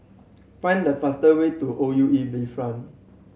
find the fastest way to O U E Bayfront